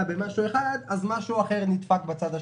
במשהו אחד אז משהו אחר נדפק בצד השני.